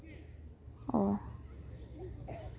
ᱚ